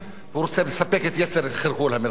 הוא רוצה לספק את יצר חרחור המלחמה.